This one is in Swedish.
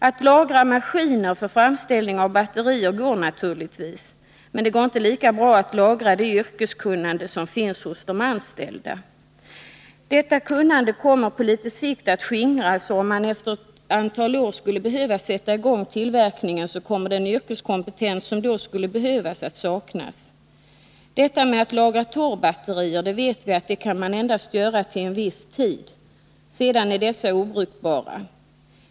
Att lagra maskiner för framställning av batterier går naturligtvis, men det går inte lika bra att lagra det yrkeskunnande som finns hos de anställda. Detta kunnande kommer på litet sikt att skingras, och om man Om Telubs utbildefter ett antal år skulle behöva sätta i gång tillverkningen kommer den yrkeskompetens som då skulle behövas att saknas. Att lagra torrbatterier vet vi att man kan göra endast till en viss tid. Sedan är batterierna obrukbara.